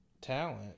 talent